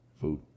food